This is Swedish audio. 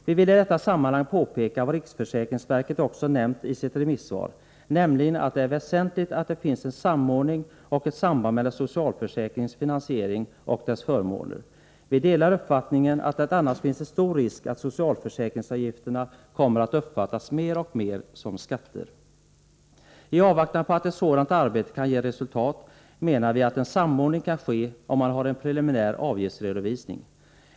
Vi vill i detta sammanhang påpeka vad riksförsäkringsverket också nämnt i sitt remissvar, nämligen att det är väsentligt att det finns en samordning och ett samband mellan socialförsäkringens finansiering och dess förmåner. Vi delar uppfattningen att det annars finns en stor risk att socialförsäkringsavgifterna kommer att uppfattas mer och mer som skatter. I avvaktan på att ett sådant arbete kan ge resultat menar vi att en samordning kan ske om man har en preliminär avgiftsredovisning.